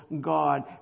God